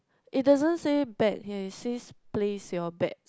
it doesn't say bet here it says place your bet